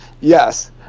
yes